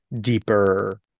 deeper